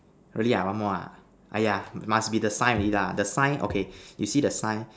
really ah one more ah !aiya! must be the sign already lah the sign okay you see the sign